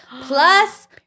plus